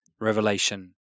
revelation